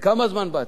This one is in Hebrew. לכמה זמן באת?